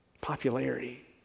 popularity